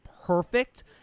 perfect